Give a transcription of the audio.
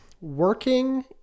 working